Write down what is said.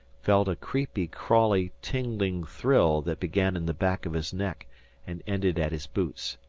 felt a creepy, crawly, tingling thrill that began in the back of his neck and ended at his boots.